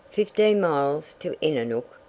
fifteen miles to innernook!